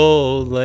Old